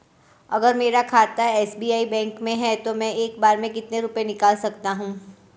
अगर मेरा खाता एस.बी.आई बैंक में है तो मैं एक बार में कितने रुपए निकाल सकता हूँ?